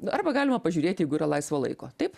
arba galima pažiūrėti jeigu yra laisvo laiko taip